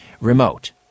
Remote